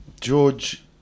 George